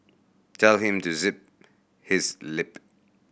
tell him to zip his lip